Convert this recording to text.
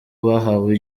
bahawe